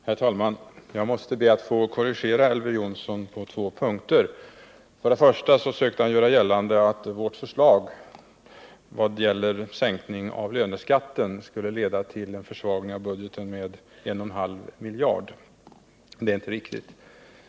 Herr talman! Jag måste be att få korrigera Elver Jonsson på två punkter. Han sökte göra gällande att vårt förslag vad gäller sänkning av löneskatten skulle leda till en försvagning av budgeten med 1,5 miljarder. Det är inte riktigt.